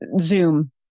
Zoom